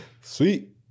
Sweet